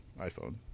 iPhone